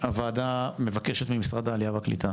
הוועדה מבקשת ממשרד העלייה והקליטה